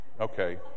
Okay